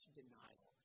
denial